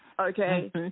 okay